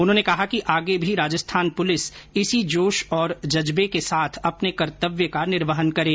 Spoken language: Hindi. उन्होंने कहा कि आगे भी राजस्थान पुलिस इसी जोश और जज्बे के साथ अपने कर्तव्य का निर्वहन करे